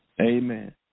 Amen